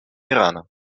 ирана